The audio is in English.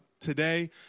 today